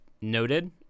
noted